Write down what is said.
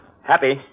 Happy